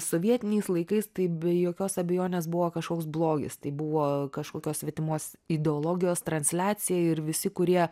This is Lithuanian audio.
sovietiniais laikais tai be jokios abejonės buvo kažkoks blogis tai buvo kažkokios svetimos ideologijos transliacija ir visi kurie